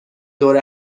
دور